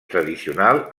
tradicional